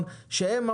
בשנת שיא, 2012, היו